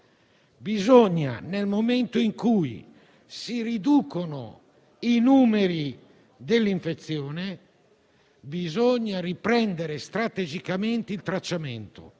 Nel momento in cui si riducono i numeri dell'infezione, bisogna riprendere strategicamente il tracciamento